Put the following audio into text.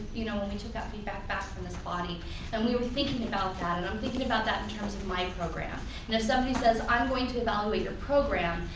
you know, we took that feedback back from this body and we were thinking about that and i'm thinking about that in terms of my program. you know, somebody says i'm going to evaluate your program,